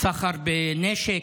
סחר בנשק.